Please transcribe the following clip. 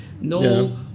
No